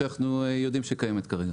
שאנחנו יודעים שקיימת כרגע.